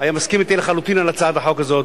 היה מסכים אתי לחלוטין על הצעת החוק הזאת.